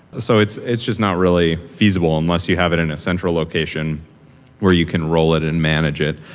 so it's it's just not really feasible unless you have it in a central location where you can roll it and manage it.